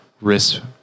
risk